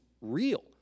real